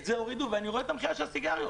אני רואה את המכירה של הסיגריות.